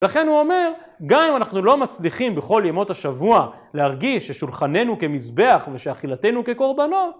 לכן הוא אומר, גם אם אנחנו לא מצליחים בכל ימות השבוע להרגיש ששולחננו כמזבח ושאכילתנו כקורבנות,